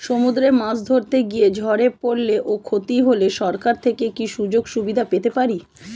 সমুদ্রে মাছ ধরতে গিয়ে ঝড়ে পরলে ও ক্ষতি হলে সরকার থেকে কি সুযোগ সুবিধা পেতে পারি?